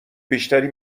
بیشتری